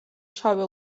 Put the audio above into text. შავი